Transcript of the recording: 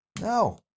No